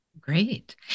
Great